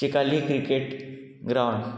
Chicalim cricket ground